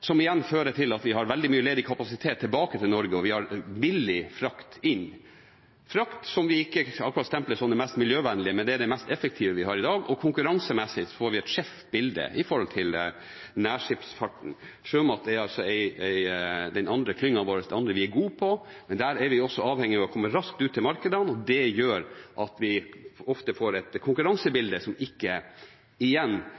igjen fører til at vi har veldig mye ledig kapasitet tilbake til Norge. Vi har billig frakt inn, frakt som vi ikke akkurat stempler som det mest miljøvennlige, men det er det mest effektive vi har i dag, og konkurransemessig får vi et skeivt bilde i forhold til nærskipsfarten. Sjømat er altså en klynge vi er god på. Der er vi også avhengige av å komme raskt ut til markedene, og det gjør at vi ofte får et